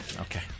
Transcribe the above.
Okay